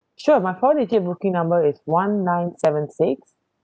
sure my holiday trip booking number is one nine seven six